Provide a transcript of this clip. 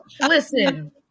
Listen